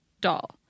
doll